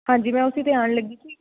ਹਾਂਜੀ ਮੈਂ ਉਸੀ 'ਤੇ ਆਉਣ ਲੱਗੀ ਸੀ